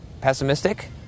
pessimistic